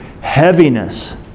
heaviness